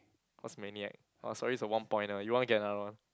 what's Maniac orh sorry is one pointer you want to get another one